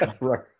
Right